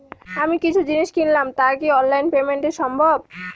আমি কিছু জিনিস কিনলাম টা কি অনলাইন এ পেমেন্ট সম্বভ?